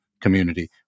community